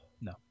no